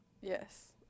Yes